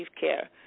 care